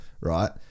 Right